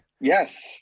Yes